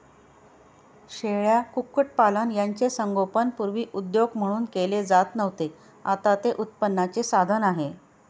शेळ्या, कुक्कुटपालन यांचे संगोपन पूर्वी उद्योग म्हणून केले जात नव्हते, आता ते उत्पन्नाचे साधन आहे